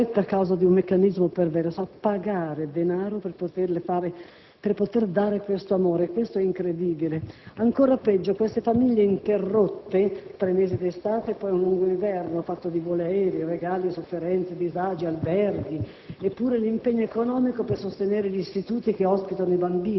Queste famiglie desiderano dare amore, ma si trovano costrette, a causa di un meccanismo perverso, a pagare denaro per potere dare questo amore. È incredibile! Ancor peggio, si tratta di famiglie "interrotte": tre mesi d'estate e poi un lungo inverno, fatto di voli aerei, regali, sofferenze, disagi, alberghi